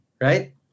right